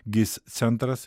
gis centras